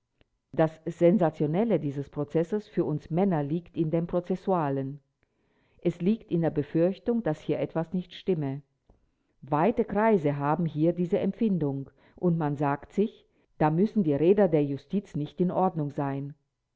das sensationelle dieses prozesses für uns männer liegt in dem prozessualen es liegt in der befürchtung daß hier etwas nicht stimme weite kreise haben hier diese empfindung und man sagt sich da müssen die räder der justiz nicht in ordnung sein